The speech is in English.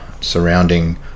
surrounding